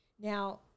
Now